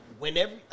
Whenever